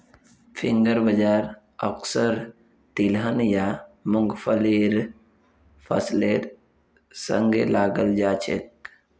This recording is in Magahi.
फिंगर बाजरा अक्सर तिलहन या मुंगफलीर फसलेर संगे लगाल जाछेक